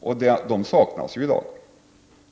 regler saknas i dag.